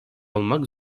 olmak